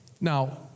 Now